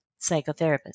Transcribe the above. psychotherapist